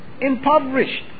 impoverished